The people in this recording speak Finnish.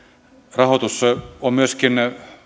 rahoitus on myöskin